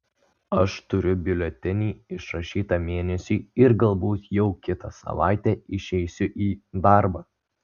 aš turiu biuletenį išrašytą mėnesiui ir galbūt jau kitą savaitę išeisiu į darbą